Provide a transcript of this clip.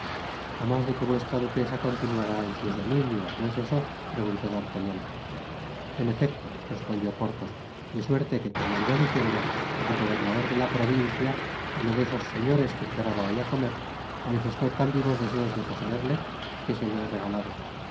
mas de que vuestra duquesa continuará en sus dominios no es eso preguntó d'artagnan en efecto respondió porthos de suerte que como iba diciendo el gobernador de la provincia uno de esos señores que esperaba hoy á comer manifestó tan vivos deseos de poseerle que se lo he regalado